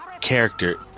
character